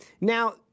Now